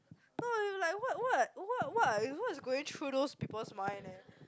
no you like what what what what what's going through those people's mind